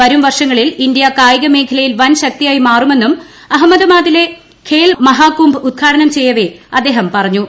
വരും വർഷങ്ങളിൽ ഇന്ത്യ കായിക മേഖലയിൽ വൻ ശക്തിയായി മാറുമെന്നും അഹമ്മദാബാദിലെ ഖേൽ മഹാകുംഭ് ഉദ്ഘാടനം ചെയ്യവെ അദ്ദേഹം പറഞ്ഞു